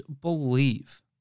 believe